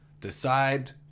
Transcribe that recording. decide